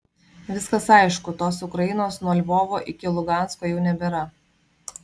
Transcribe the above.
viskas aišku tos ukrainos nuo lvovo iki lugansko jau nebėra